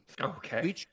Okay